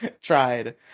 tried